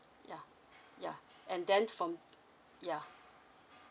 yeah yeah and then from yeah